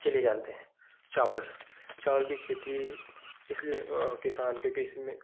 चलिए जानते हैं चावल चावल की खेती इसलिए किसान क्योंकि इसमें